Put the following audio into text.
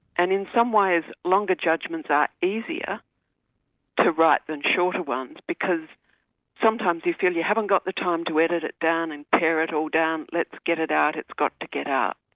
and in some ways longer judgments are easier to write than shorter ones because sometimes you feel you haven't got the time to edit it down and pare it all down, let's get it out, it's got to get out.